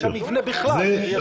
אתה